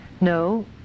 no